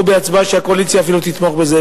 או אפילו שהקואליציה תתמוך בזה,